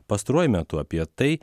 pastaruoju metu apie tai